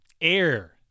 air